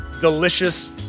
delicious